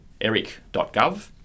ERIC.gov